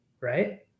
right